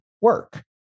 work